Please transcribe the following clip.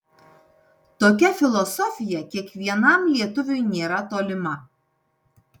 tokia filosofija kiekvienam lietuviui nėra tolima